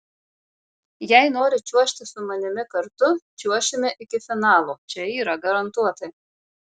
jei nori čiuožti su manimi kartu čiuošime iki finalo čia yra garantuotai